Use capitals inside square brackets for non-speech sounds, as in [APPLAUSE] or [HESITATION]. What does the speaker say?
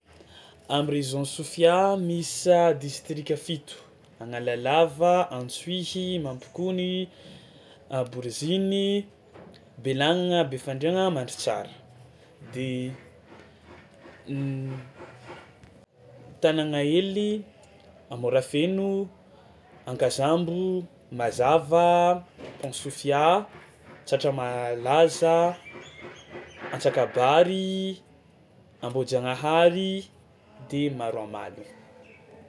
Am'région Sofia miisa distrika fito: Analalava, Antsohihy, Mampikony, a Boriziny, Bealagnana, Befandriagna, Mandritsara de [NOISE] [HESITATION] tanàgna hely a Morafeno, Ankazambo, Mazava, Pont Sofia, Tsatramalaza [NOISE] Antsakabary, Ambohijagnahary de Maroamalono.